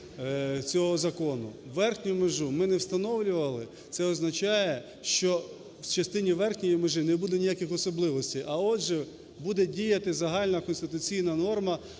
Верхню межу ми не встановлювали. Це означає, що в частині верхньої межі не буде ніяких особливостей, а отже, буде діяти загальна конституційна норма